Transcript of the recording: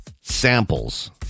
samples